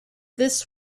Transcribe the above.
this